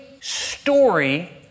story